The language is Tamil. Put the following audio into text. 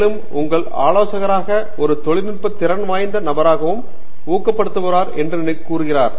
மேலும் உங்கள் ஆலோசகராக ஒரு தொழில்நுட்ப திறன் வாய்ந்த நபராகவும் ஊக்கப்படுத்தப்படுவார் எனவும் கூறுகிறார்